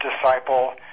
disciple